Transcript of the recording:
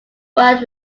worked